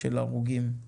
של הרוגים.